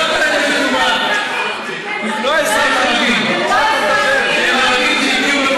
הם פשוט לא אזרחים, הם ערבים שהגיעו,